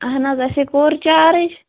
اَہَن حظ اَسے کوٚر چارٕج